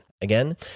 Again